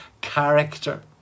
character